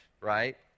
right